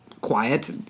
quiet